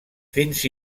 fins